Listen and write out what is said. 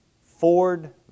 Ford